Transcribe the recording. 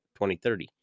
2030